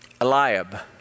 Eliab